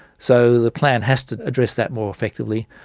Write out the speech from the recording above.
so the plan has to address that more effectively.